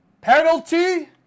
Penalty